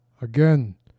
Again